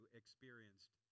experienced